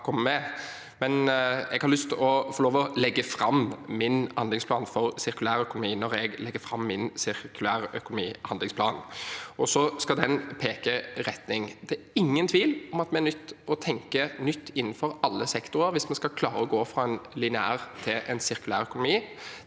Jeg vil legge fram min handlingsplan for sirkulærøkonomi når jeg legger fram min handlingsplan for sirkulærøkonomi. Den skal peke retning. Det er ingen tvil om at vi er nødt til å tenke nytt innenfor alle sektorer hvis vi skal klare å gå fra en lineær til en sirkulær økonomi.